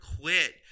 quit